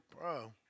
bro